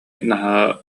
наһаа